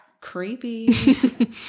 Creepy